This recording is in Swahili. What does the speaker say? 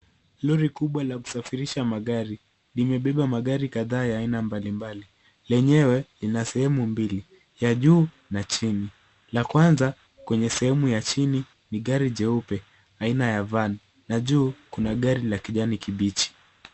Lori kubwa la kusafirisha magari. Limebeba magari kadhaa ya aina mbalimbali. Lenyewe lina sehemu mbili, ya juu na chini. La kwanza kwenye sehemu ya chini ni gari jeupe aina ya Van na juu kuna gari la kijani kibichi.